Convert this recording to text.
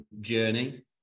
journey